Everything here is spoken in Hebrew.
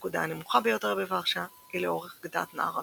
הנקודה הנמוכה ביותר בוורשה היא לאורך גדת נהר הוויסלה,